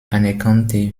anerkannte